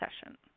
session